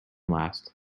last